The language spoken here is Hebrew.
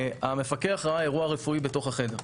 המפקח ראה אירוע רפואי בתוך החדר.